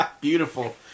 Beautiful